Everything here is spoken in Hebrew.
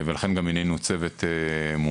לכן גם מינינו צוות מומחים,